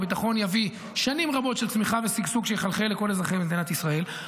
והביטחון יביא שנים רבות של צמיחה ושגשוג שיחלחל לכל אזרחי מדינת ישראל.